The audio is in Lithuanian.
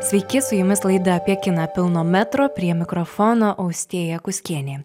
sveiki su jumis laida apie kiną pilno metro prie mikrofono austėja kuskienė